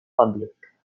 public